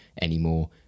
anymore